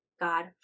God